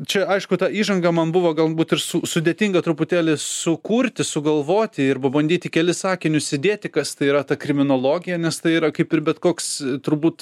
čia aišku ta įžanga man buvo galbūt ir su sudėtinga truputėlį sukurti sugalvoti ir pabandyti kelis sakinius įdėti kas tai yra ta kriminologija nes tai yra kaip ir bet koks turbūt